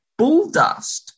bulldust